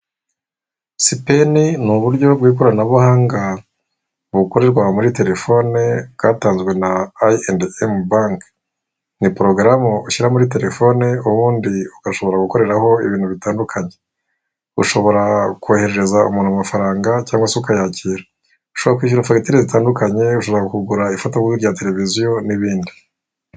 "SPENN" ni uburyo bw'ikoranabuhanga bukorerwa muri telefone bwatanzwe na I&M bank. Ni porogaramu ushyira muri telefone, ubundi ugashobora gukoreraho ibintu bitandukanye. Ushobora kohereza umuntu amafaranga cyangwa se ukayakira. Ushobora kwishyura fagitire zitandukanye, ushobora kugura ifataburi rya televiziyo n'ibindi.